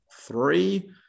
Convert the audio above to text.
three